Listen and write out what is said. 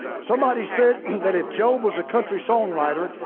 somebody said that if job was a country song writer,